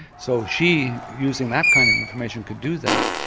so she, using that kind of information, could do that.